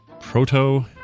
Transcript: Proto